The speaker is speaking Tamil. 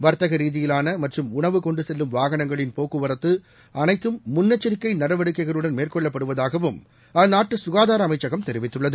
வர்த்தக ரீதியிலான மற்றம் உணவு கொண்டு செல்லும் வாகனங்களின் போக்குவரத்து அனைத்து முன்னெச்சரிக்கை நடவடிக்கைகளுடன் மேற்கொள்ளப்படுவதாகவும் அந்நாட்டு சுகாதார அமைச்சகம் தெரிவித்துள்ளது